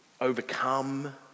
Overcome